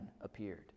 appeared